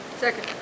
Second